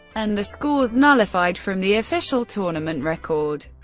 and the scores nullified from the official tournament record.